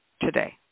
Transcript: today